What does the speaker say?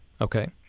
Okay